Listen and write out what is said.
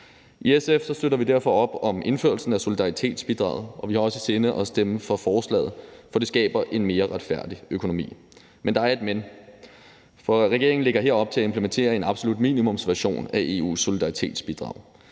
I SF støtter vi derfor op om indførelsen af solidaritetsbidraget, og vi har også i sinde at stemme for forslaget, for det skaber en mere retfærdig økonomi. Men der er et men. For regeringen lægger her op til at implementere en absolut minimumsversion af EU's solidaritetsbidrag.